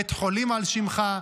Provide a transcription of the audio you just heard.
לבית חולים על שמך,